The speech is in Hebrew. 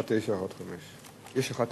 1915. יש 1951,